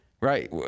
right